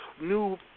New